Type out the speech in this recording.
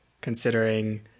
considering